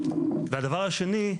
והדבר השני,